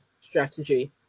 strategy